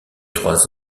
trois